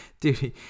Dude